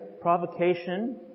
provocation